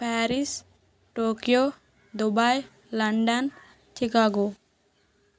Paris Tokyo Dubai London Chicago